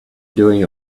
doing